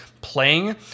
playing